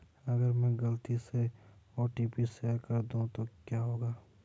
अगर मैं गलती से ओ.टी.पी शेयर कर दूं तो क्या होगा?